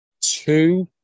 two